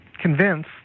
convince